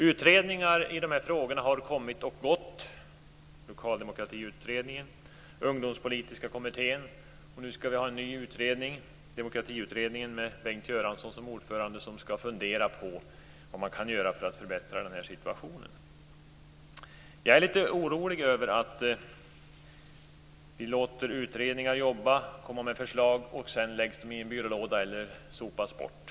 Utredningar i de här frågorna, som Lokaldemokratikommittén och Ungdomspolitiska kommittén, har kommit och gått. Nu skall en ny utredning, Demokratiutredningen, med Bengt Göransson som ordförande fundera på vad man kan göra för att förbättra den här situationen. Jag är litet orolig över att vi låter utredningar arbeta och lägga fram förslag, som sedan läggs ned i en byrålåda eller sopas bort.